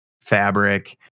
fabric